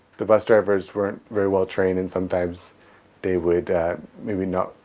the bus drivers weren't very well trained and sometimes they would maybe not,